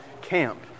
camp